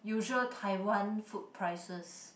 usual Taiwan food prices